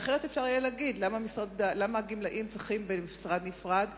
למה הגמלאים צריכים משרד נפרד?